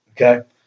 okay